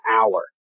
hour